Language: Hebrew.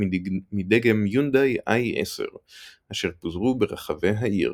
מדגם יונדאי i10 אשר פוזרו ברחבי העיר.